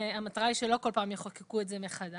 והמטרה היא שלא כל פעם יחוקקו את זה מחדש.